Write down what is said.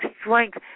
strength